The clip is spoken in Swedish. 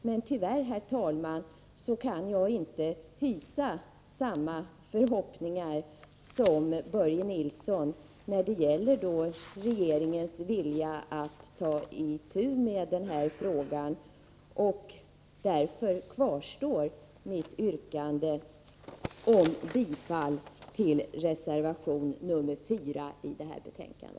Men tyvärr, herr talman, kan jag inte hysa samma förhoppningar som Börje Nilsson när det gäller regeringens vilja att ta itu med den här frågan. Därför kvarstår mitt yrkande om bifall till reservation 4 i detta betänkande.